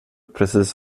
precis